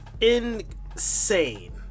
Insane